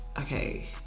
okay